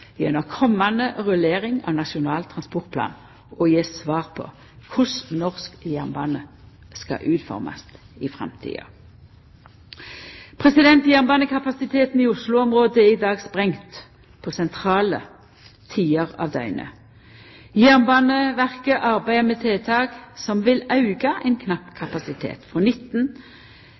gjennom komande rullering av Nasjonal transportplan, å gje svar på korleis norsk jernbane skal utformast i framtida. Jernbanekapasiteten i Oslo-området er i dag sprengd på sentrale tider av døgnet. Jernbaneverket arbeider med tiltak som vil auka ein knapp kapasitet frå 19